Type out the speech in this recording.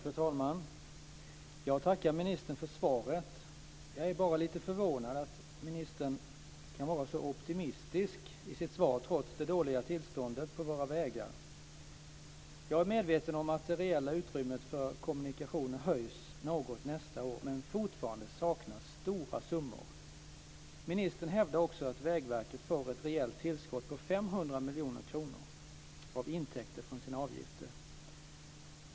Fru talman! Jag tackar ministern för svaret. Jag är bara lite förvånad över att ministern kan vara så optimistisk i sitt svar trots det dåliga tillståndet på våra vägar. Jag är medveten om att det reella utrymmet för kommunikationer höjs något nästa år, men fortfarande saknas stora summor. Ministern hävdar också att Vägverket får ett reellt tillskott på 500 miljoner kronor av intäkter från sina avgifter.